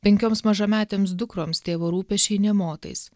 penkioms mažametėms dukroms tėvo rūpesčiai ne motais